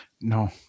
No